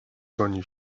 goni